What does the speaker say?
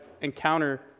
encounter